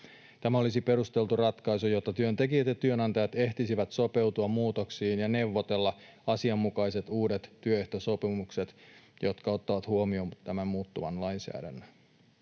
Tämä olisi perusteltu ratkaisu, jotta työntekijät ja työnantajat ehtisivät sopeutua muutoksiin ja neuvotella asianmukaiset uudet työehtosopimukset, jotka ottavat huomioon tämän muuttuvan lainsäädännön.